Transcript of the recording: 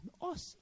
awesome